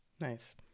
Nice